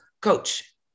coach